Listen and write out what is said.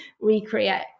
recreate